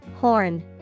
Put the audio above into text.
horn